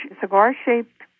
cigar-shaped